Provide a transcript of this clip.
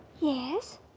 Yes